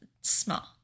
small